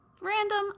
Random